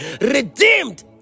redeemed